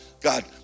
God